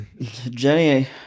Jenny